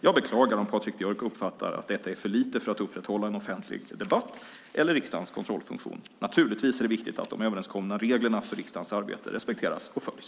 Jag beklagar om Patrik Björck uppfattar att detta är för lite för att upprätthålla en offentlig debatt eller riksdagens kontrollfunktion. Naturligtvis är det viktigt att de överenskomna reglerna för riksdagens arbete respekteras och följs.